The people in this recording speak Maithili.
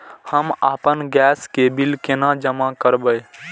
हम आपन गैस के बिल केना जमा करबे?